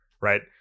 right